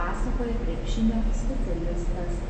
pasakoja krepšinio specialistas